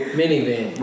minivan